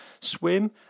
swim